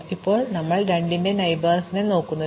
അതിനാൽ ഇപ്പോൾ ഞങ്ങൾ 2 ന്റെ അയൽവാസികളിലേക്ക് നോക്കുന്നു